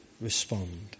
respond